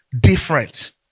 different